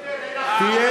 דיכטר,